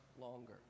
longer